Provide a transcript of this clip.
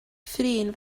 thrin